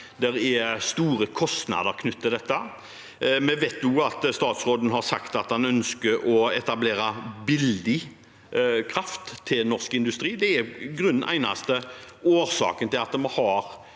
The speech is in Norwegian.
det er store kostnader knyttet til dette. Vi vet også at statsråden har sagt at han ønsker å etablere billig kraft til norsk industri. Det at vi har billig kraft, er